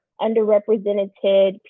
underrepresented